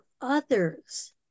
others